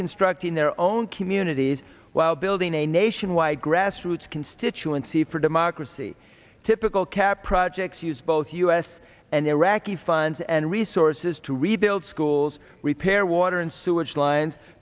reconstructing their own communities while building a nationwide grassroots constituency for democracy typical cat projects use both u s and iraqi funds and resources to rebuild schools repair water and sewage lines